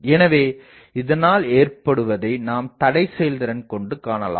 எனவே இதனால் ஏற்படுவதை நாம் தடை செயல்திறன் கொண்டு காணலாம்